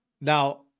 Now